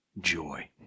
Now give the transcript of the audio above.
joy